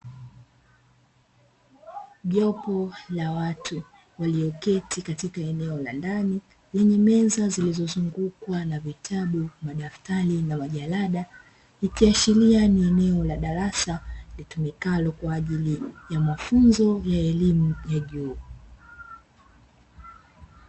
Jopo la watu walioketi katika eneo la ndani huku meza zilizozungukwa na vitabu, madaftari na majarada ikiashiria ni eneo la darasa litumikalo kwa ajili ya mafunzo ya elimu ya juu.